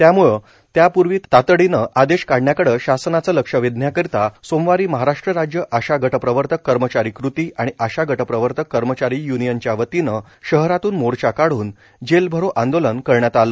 त्याम्ळं त्यापूर्वी तातडीनं आदेश काढण्याकडे शासनाचं लक्ष वेधण्याकरिता सोमवारी महाराष्ट्र राज्य आशा गटप्रवर्तक कर्मचारी क़ती आणि आशा गटप्रवर्तक कर्मचारी य्नियनच्यावतीने शहरातून मोर्चा काढून जेलभरो आंदोलन केले